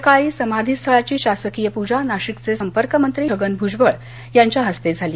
सकाळी समाधीस्थळाची शासकीय पूजा नाशिकचे संपर्कमंत्री छगन भूजबळ यांच्या हस्ते झाली